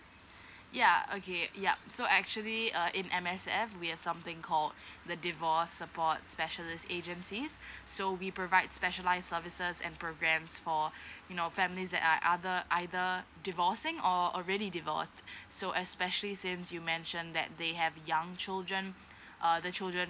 yeah okay yup so actually uh in M_S_F we have something called the divorced support specialist agencies so we provide specialised services and programmes for you know families that are either either divorcing or really divorced so especially since you mentioned that they have young children uh the children